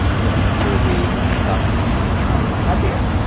you know you'll be a lot um happier.